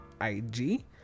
IG